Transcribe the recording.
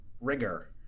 rigor